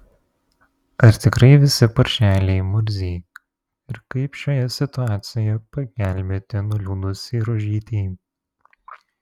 ar tikrai visi paršeliai murziai ir kaip šioje situacijoje pagelbėti nuliūdusiai rožytei